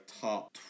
top